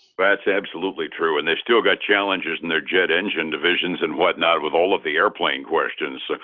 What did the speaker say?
that's absolutely true and they still got challenges and their jet engine divisions and whatnot with all of the airplane questions.